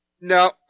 No